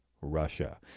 Russia